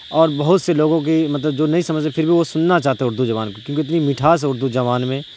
اور بہت سے لوگوں کی مطلب جو نہیں سمجھ رہے پھر بھی وہ سننا چاہتے اردو زبان کو کیونکہ اتنی مٹھاس ہے اردو زبان میں